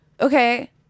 okay